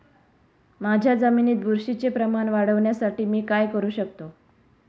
माझ्या जमिनीत बुरशीचे प्रमाण वाढवण्यासाठी मी काय करू शकतो?